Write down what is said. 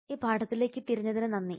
ഈ പാഠത്തിലേക്ക് തിരിഞ്ഞതിനു നന്ദി